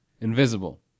Invisible